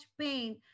pain